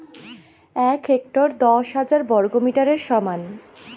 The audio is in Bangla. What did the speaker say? এক হেক্টর দশ হাজার বর্গমিটারের সমান